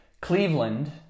Cleveland